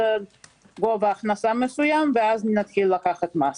גובה הכנסה מסוים ואז נתחיל לקחת מס.